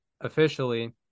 officially